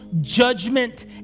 judgment